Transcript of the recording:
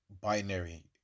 binary